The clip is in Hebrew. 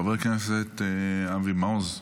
חבר הכנסת אבי מעוז,